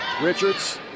Richards